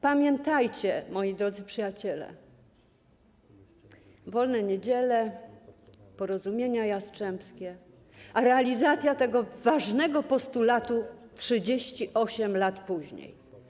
Pamiętajcie, moi drodzy przyjaciele, wolne niedziele, porozumienia jastrzębskie, a realizacja tego ważnego postulatu - 38 lat później.